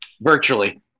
Virtually